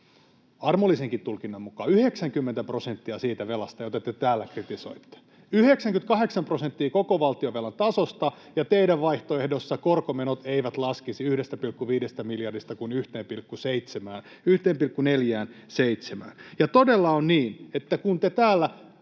armollisenkin tulkinnan mukaan 90 prosenttia siitä velasta, jota te täällä kritisoitte, 98 prosenttia koko valtionvelan tasosta, ja teidän vaihtoehdossanne korkomenot eivät laskisi 1,5 miljardista kuin 1,47:ään? Ja todella on niin, että te täällä